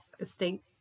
estate